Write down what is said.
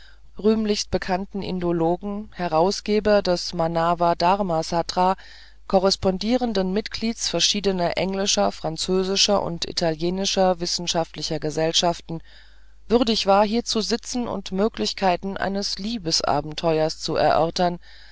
rühmlichst bekannten indologen herausgebers des manava dharma sastra korrespondierenden mitglieds verschiedener englischer französischer und italienischer wissenschaftlicher gesellschaften würdig war hier zu sitzen und möglichkeiten eines liebesabenteuers zu erörtern